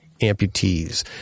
amputees